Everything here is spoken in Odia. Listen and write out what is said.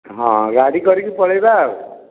ହଁ ଗାଡ଼ି କରିକି ପଳେଇବା ଆଉ